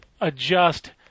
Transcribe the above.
adjust